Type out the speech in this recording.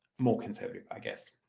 more conservative, i guess.